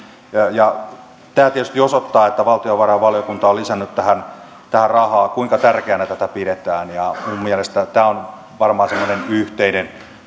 tämä että valtiovarainvaliokunta on lisännyt tähän rahaa tietysti osoittaa kuinka tärkeänä tätä pidetään minun mielestäni tämä on varmaan sellainen yhteinen